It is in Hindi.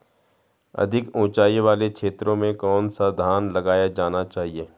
अधिक उँचाई वाले क्षेत्रों में कौन सा धान लगाया जाना चाहिए?